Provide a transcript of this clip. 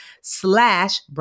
slash